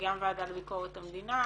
גם הוועדה לביקורת המדינה,